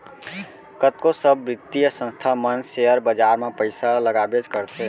कतको सब बित्तीय संस्था मन सेयर बाजार म पइसा लगाबेच करथे